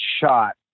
shot